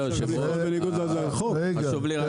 הוא לא